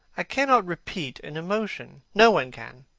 i cannot repeat an emotion. no one can,